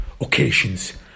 occasions